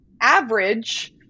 average